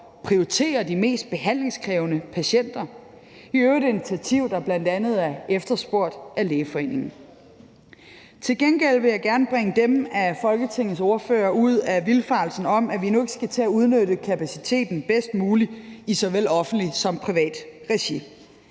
prioritere de mest behandlingskrævende patienter, og det er i øvrigt et initiativ, der bl.a. er efterspurgt af Lægeforeningen. Kl. 14:51 Til gengæld vil jeg gerne bringe nogle af Folketingets ordførere ud af vildfarelsen om, at vi nu ikke udnytter kapaciteten i såvel offentlig som privat regi